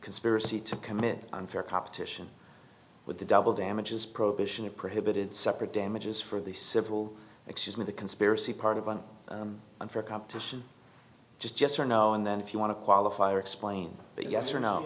conspiracy to commit unfair competition with the double damages probation and prohibited separate damages for the civil excuse me the conspiracy part of an unfair competition just yes or no and then if you want to qualify or explain that yes or no